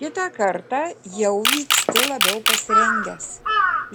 kitą kartą jau vyksti labiau pasirengęs